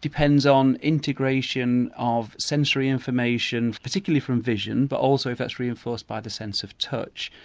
depends on integration of sensory information, particularly from vision but also if that's reinforced by the sense of touch,